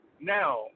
Now